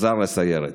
חזר לסיירת.